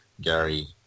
Gary